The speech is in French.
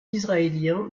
israélien